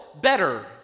better